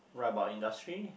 write about industry